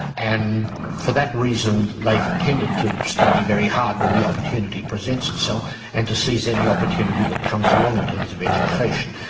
and for that reason they've tended to study very hard when the opportunity presents itself and to seize any opportunity that comes along in terms of education.